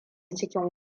cikin